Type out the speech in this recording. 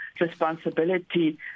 responsibility